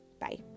Bye